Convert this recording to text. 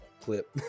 clip